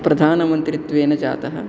प्रधानमन्त्रीत्वेन जातः